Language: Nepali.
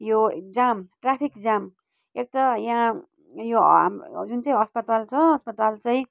यो जाम ट्राफिक जाम एक त यहाँ यो हाम्रो जुन चाहिँ अस्पताल छ अस्पताल चाहिँ